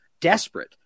desperate